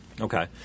Okay